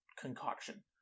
concoction